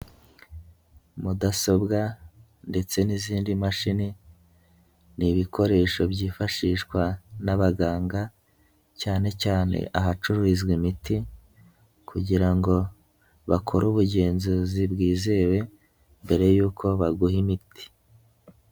Mudasobwa ndetse n'izindi mashini ni ibikoresho byifashishwa n'abaganga cyane cyane ahacuruzwa imiti kugira ngo bakore ubugenzuzi bwizewe mbere y'uko baguha imiti.